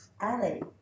Ali